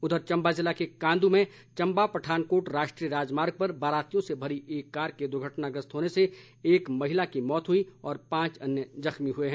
उधर चंबा जिले के कांदू में चंबा पठानकोट राष्ट्रीय राजमार्ग पर बारातियों से भरी एक कार के दुर्घटनाग्रस्त होने से एक महिला की मौत हुई और पांच अन्य जख्मी हुए हैं